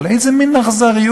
אבל איזה מין אכזריות,